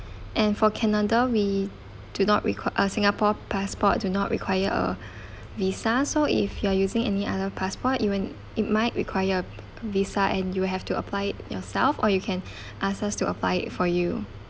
and for canada we do not requi~ uh singapore passport do not require a visa so if you are using any other passport even it might require a visa and you will have to apply it yourself or you can ask us to apply it for you